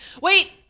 Wait